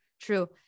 true